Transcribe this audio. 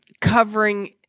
covering